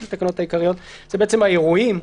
לתקנות העיקריות זה בעצם האירועים,